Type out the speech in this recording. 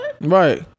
right